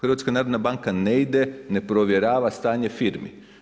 HNB ne ide, ne provjerava stanje firmi.